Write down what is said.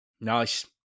Nice